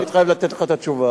אני מתחייב לתת לך את התשובה.